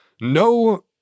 no